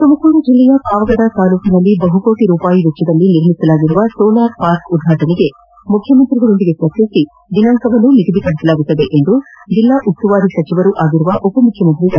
ತುಮಕೂರು ಜಿಲ್ಲೆಯ ಪಾವಗಡ ತಾಲೂಕಿನಲ್ಲಿ ಬಹುಕೋಟಿ ರೂಪಾಯಿ ವೆಚ್ಚದಲ್ಲಿ ನಿರ್ಮಿಸಲಾಗಿರುವ ಸೋಲಾರ್ ಪಾರ್ಕ್ ಉದ್ವಾಟನೆಗೆ ಮುಖ್ಯಮಂತ್ರಿಗಳೊಂದಿಗೆ ಚರ್ಚಿಸಿ ದಿನಾಂಕವನ್ನು ನಿಗದಿ ಪಡಿಸಲಾಗುವುದು ಎಂದು ಜಿಲ್ಲಾ ಉಸ್ತುವಾರಿ ಸಚಿವರೂ ಆದ ಉಪಮುಖ್ಯಮಂತ್ರಿ ಡಾ